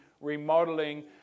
remodeling